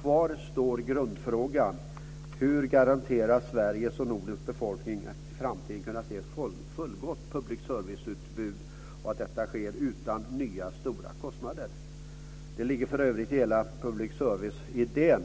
Kvar står grundfrågan: Hur garanteras att Sveriges och Nordens befolkning i framtiden kan se ett fullgott public service-utbud utan nya stora kostnader? Det ligger för övrigt i hela public service-idén